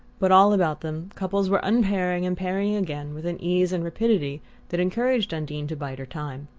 but all about them couples were unpairing and pairing again with an ease and rapidity that encouraged undine to bide her time.